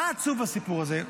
מה עצוב בסיפור הזה?